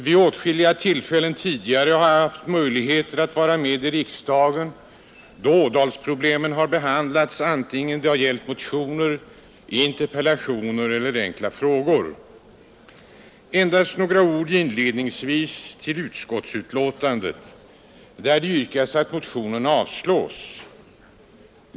Vid åtskilliga tillfällen tidigare har jag haft möjligheter att vara med i riksdagen då Ådalsproblemen har behandlats, antingen det har gällt motioner, interpellationer eller enkla frågor. Låt mig inledningsvis säga några ord om utskottsbetänkandet, i vilket det yrkas att motionen avslås.